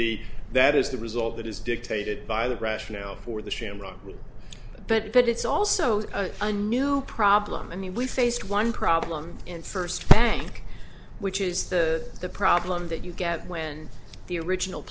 be that is the result that is dictated by the rationale for the shamrock but it's also a new problem i mean we faced one problem in first bank which is the the problem that you get when the original